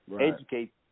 educate